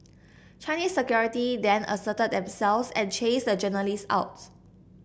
Chinese Security then asserted themselves and chased the journalists out